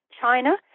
China